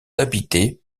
habités